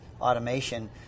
automation